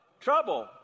Trouble